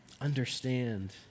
Understand